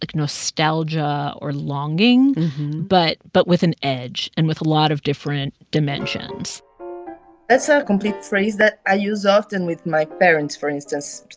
like nostalgia or longing but but with an edge and with a lot of different dimensions that's a complete phrase that i use often with my parents, for instance,